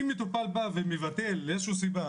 אם מטופל מבטל מאיזה שהיא סיבה,